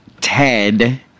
Ted